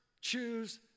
choose